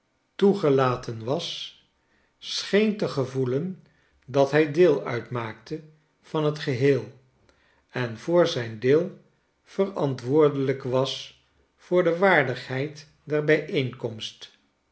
toegelaten was scheen te gevoelen dat hij deel uitmaakte van t geheel en voor zijn deel verantwoordelijk was voor de waardigheid